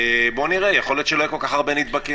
יכול להיות שלא יהיו כל כך הרבה נבדקים.